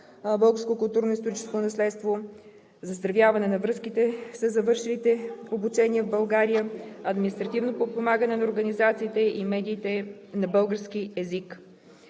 българско културно историческо наследство, заздравяване на връзките със завършилите обучение в България, административно подпомагане на организациите и медиите на български език.